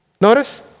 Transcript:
Notice